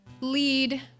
lead